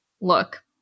look